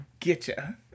getcha